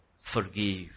Forgive